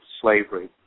slavery